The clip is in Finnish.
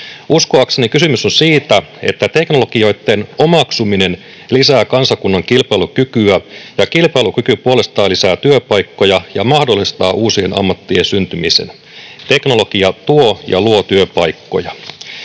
Uskoakseni kysymys on siitä, että teknologioitten omaksuminen lisää kansakunnan kilpailukykyä ja kilpailukyky puolestaan lisää työpaikkoja ja mahdollistaa uusien ammattien syntymisen. Teknologia tuo ja luo työpaikkoja.